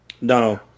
No